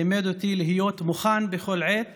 לימד אותי להיות מוכן בכל עת